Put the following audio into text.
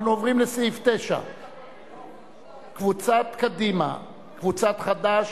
אנחנו עוברים לסעיף 9. קבוצת קדימה וקבוצת חד"ש,